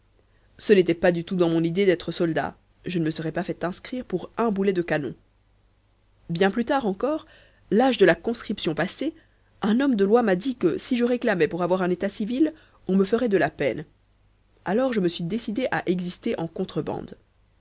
ce n'était pas du tout dans mon idée d'être soldat je ne me serais pas fait inscrire pour un boulet de canon bien plus tard encore l'âge de la conscription passé un homme de loi m'a dit que si je réclamais pour avoir un état civil on me ferait de la peine alors je me suis décidé à exister en contrebande